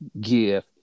give